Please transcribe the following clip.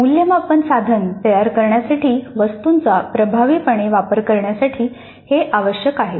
मूल्यमापन साधन तयार करण्यासाठी वस्तूंचा प्रभावीपणे वापर करण्यासाठी हे आवश्यक आहे